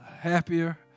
happier